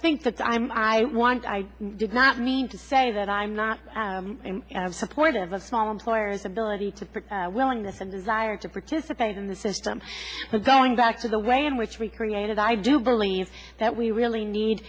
think that i'm i want i did not mean to say that i'm not supportive of small employers ability to pick willingness and desire to participate in the system for going back to the way in which we created i do believe that we really need